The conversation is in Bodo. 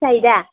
जायोदा